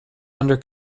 under